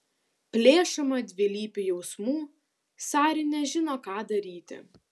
plėšoma dvilypių jausmų sari nežino ką daryti